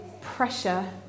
pressure